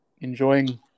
enjoying